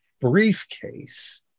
briefcase